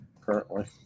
currently